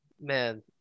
Man